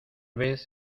vez